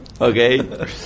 Okay